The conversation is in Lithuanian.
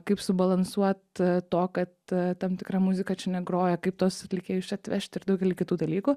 kaip subalansuot to kad tam tikra muzika čia negroja kaip tuos atlikėjus čia atvežt ir daugelį kitų dalykų